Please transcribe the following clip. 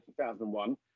2001